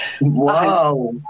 Wow